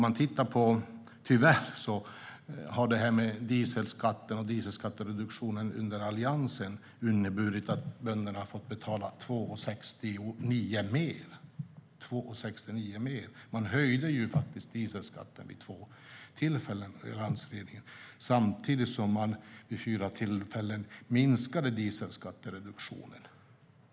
Tyvärr har det här med dieselskatten och dieselskattereduktionen under Alliansen inneburit att bönderna har fått betala 2,69 kronor mer. Alliansregeringen höjde dieselskatten vid två tillfällen samtidigt som regeringen vid fyra tillfällen minskade dieselskattereduktionen.